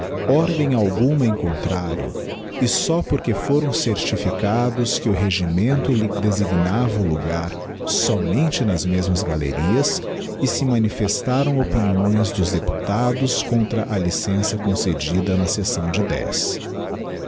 ordem alguma em contrario e só porque foram certificados que o regimento lhe desigdigiti zedby google nava o logar somente nas mesmas galerias e se manifestaram opiniões dos deputados contra a licença concedida na sessão de